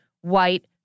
white